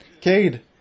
Cade